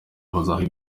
bazahabwa